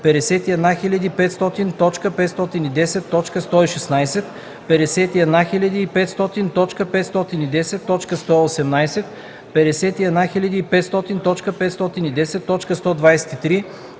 51500.510.116; 51500.510.118; 51500.510.123;